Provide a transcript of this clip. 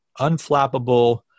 unflappable